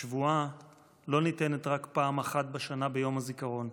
השבועה לא ניתנת רק פעם אחת בשנה ביום הזיכרון,